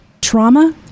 trauma